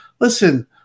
Listen